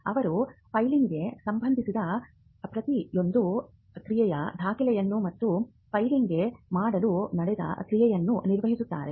ಅವರು ಫೈಲಿಂಗ್ಗೆ ಸಂಬಂಧಿಸಿದ ಪ್ರತಿಯೊಂದು ಕ್ರಿಯೆಯ ದಾಖಲೆಯನ್ನು ಮತ್ತು ಫೈಲಿಂಗ್ಗೆ ಮೊದಲು ನಡೆದ ಕ್ರಿಯೆಗಳನ್ನು ನಿರ್ವಹಿಸುತ್ತಾರೆ